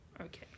Okay